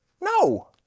No